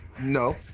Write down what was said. No